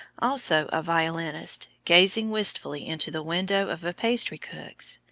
also a violinist, gazing wistfully into the window of a pastry-cook's,